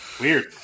Weird